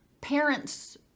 parents